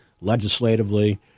legislatively